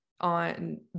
On